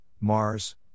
Mars